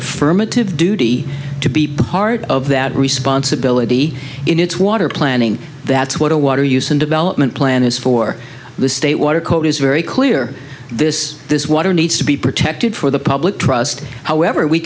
affirmative duty to be part of that responsibility in its water planning that's what a water use and development plan is for the state water code is very clear this this water needs to be protected for the public trust however we